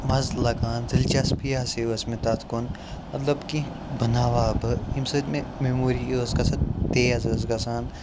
مَزٕ لَگان دِلچَسپی ہَسا ٲس مےٚ تَتھ کُن مطلب کینٛہہ بناوہہ بہٕ ییٚمہِ سۭتۍ مےٚ میٚموری ٲس گژھان تیز ٲس گژھان